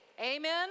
Amen